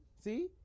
See